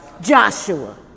Joshua